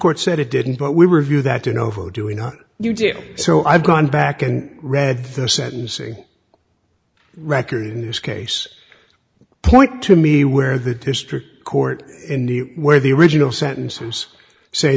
court said it didn't but we review that you know how do we know you do so i've gone back and read the sentencing record in this case point to me where the district court in new where the original sentences say